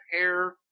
hair